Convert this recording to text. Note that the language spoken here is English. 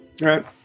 Right